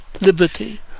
liberty